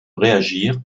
réagir